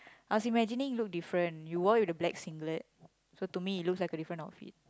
I was imagining you look different you wore with a black singlet so to me it looks like a different outfit